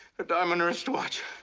the diamond wrist watch,